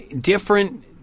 different